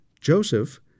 Joseph